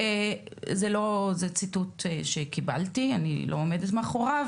השקרית זה ציטוט שקיבלתי אז אני לא עומדת מאחוריו,